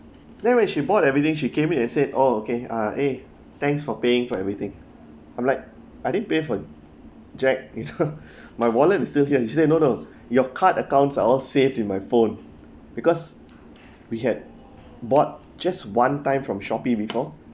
then when she bought everything she came in and said oh okay ah eh thanks for paying for everything I'm like I didn't pay for jack you know my wallet is still here she said no no your card accounts are all saved in my phone because we had bought just one time from Shopee before